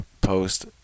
post